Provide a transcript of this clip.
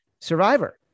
Survivor